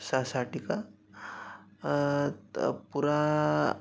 सा शाटिका त पुरा